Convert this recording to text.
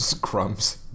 crumbs